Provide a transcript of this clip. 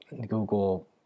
google